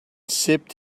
sipped